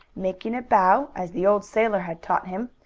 making a bow, as the old sailor had taught him,